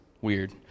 weird